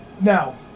Now